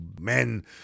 men